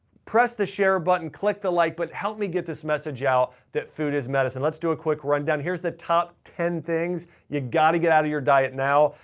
press the share button, click the like button but help me get this message out that food is medicine. let's do a quick rundown. here's the top ten things you've got to get out of your diet now.